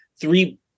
three